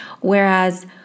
Whereas